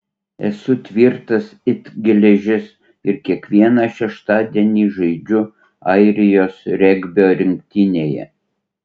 esu tvirtas it geležis ir kiekvieną šeštadienį žaidžiu airijos regbio rinktinėje